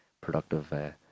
productive